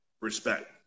respect